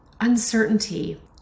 uncertainty